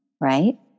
right